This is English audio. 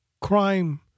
crime